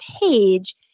page